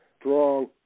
Strong